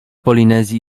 polinezji